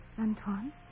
Antoine